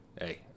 Hey